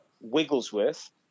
Wigglesworth